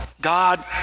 God